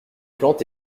plantes